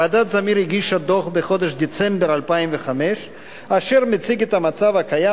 ועדת-זמיר הגישה בחודש דצמבר 2005 דוח המציג את המצב הקיים